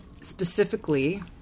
Specifically